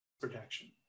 protection